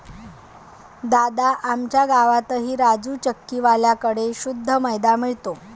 दादा, आमच्या गावातही राजू चक्की वाल्या कड़े शुद्ध मैदा मिळतो